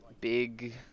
big